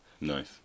nice